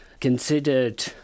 considered